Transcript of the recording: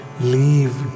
leave